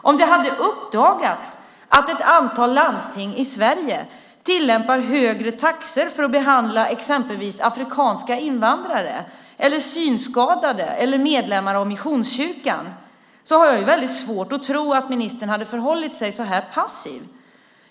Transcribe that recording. Om det hade uppdagats att ett antal landsting i Sverige tillämpar högre taxor för att behandla exempelvis afrikanska invandrare, synskadade eller medlemmar av Missionskyrkan har jag väldigt svårt att tro att ministern hade förhållit sig så här passiv.